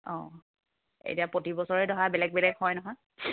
অঁ এতিয়া প্ৰতি বছৰে ধৰা বেলেগ বেলেগ হয় নহয়